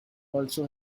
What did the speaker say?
also